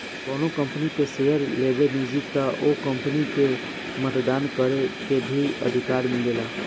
कौनो कंपनी के शेयर लेबेनिजा त ओ कंपनी में मतदान करे के भी अधिकार मिलेला